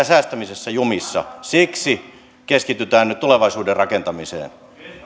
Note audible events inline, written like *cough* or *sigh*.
*unintelligible* säästämisessä jumissa siksi keskitytään nyt tulevaisuuden rakentamiseen